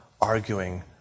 arguing